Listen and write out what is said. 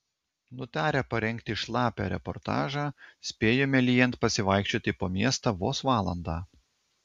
nutarę parengti šlapią reportažą spėjome lyjant pasivaikščioti po miestą vos valandą